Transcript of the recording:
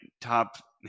top